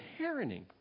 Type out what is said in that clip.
parenting